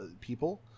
people